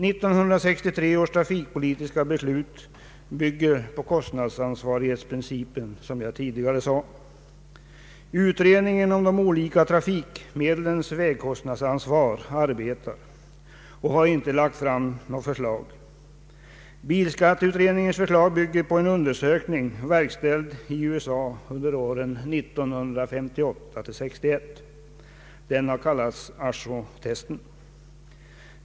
1963 års trafikpolitiska beslut bygger på kostnadsansvarighetsprincipen. Utredningen om de olika trafikmedlens vägkostnadsansvar arbetar och har icke lagt fram något förslag. Bilskatteutredningens förslag bygger på en undersökning verkställd i USA under åren 1958— 1961. Den har kallats AASHO-testen.